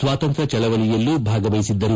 ಸ್ವಾತಂತ್ರ್ಯ ಚಳುವಳಿಯಲ್ಲೂ ಭಾಗವಹಿಸಿದ್ದರು